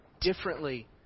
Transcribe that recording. differently